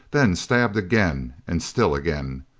then stabbed again, and still again.